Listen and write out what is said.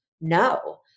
No